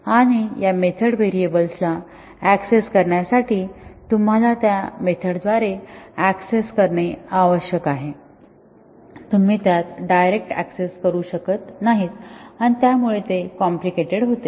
आणि या method variables ला ऍक्सेस करण्यासाठी तुम्हाला त्या मेथड द्वारे ऍक्सेस करणे आवश्यक आहे तुम्ही त्यात डायरेक्ट ऍक्सेस करू शकत नाही आणि त्यामुळे ते कॉम्प्लिकेटेड होते